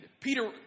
Peter